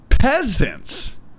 Peasants